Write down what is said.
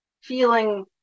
feeling